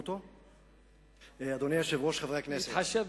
אדוני היושב-ראש, חברי הכנסת,